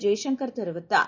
ஜெய்சங்கர் தெரிவித்தார்